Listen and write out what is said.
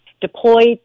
deployed